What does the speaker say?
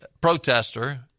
protester